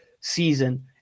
season